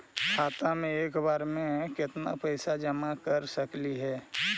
खाता मे एक बार मे केत्ना पैसा जमा कर सकली हे?